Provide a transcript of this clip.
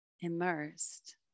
immersed